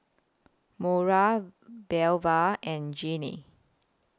Mora Belva and Jeane